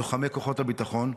לוחמי כוחות הביטחון.